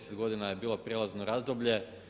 10 godina je bilo prijelazno razdoblje.